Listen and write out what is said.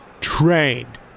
Trained